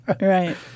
right